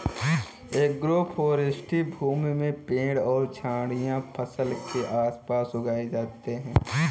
agroforestry भूमि में पेड़ और झाड़ियाँ फसल के आस पास उगाई जाते है